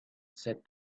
said